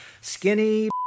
Skinny